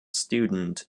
student